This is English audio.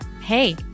hey